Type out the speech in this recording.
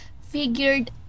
figured